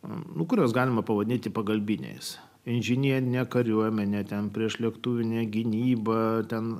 nuo kurios galima pavadinti pagalbinės inžinierių ne kariuomenę ten priešlėktuvinė gynyba ten